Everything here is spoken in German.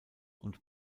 und